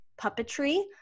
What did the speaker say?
puppetry